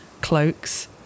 cloaks